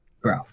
Bro